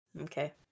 okay